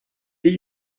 did